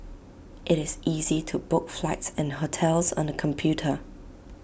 IT is easy to book flights and hotels on the computer